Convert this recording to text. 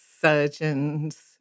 surgeons